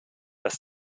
dass